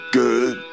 good